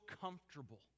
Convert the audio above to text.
comfortable